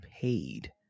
paid